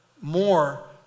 more